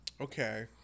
Okay